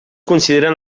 consideren